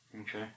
okay